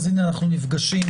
הנה, אנחנו נפגשים